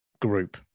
group